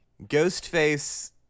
Ghostface